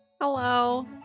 Hello